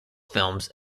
films